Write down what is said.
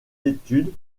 études